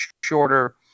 shorter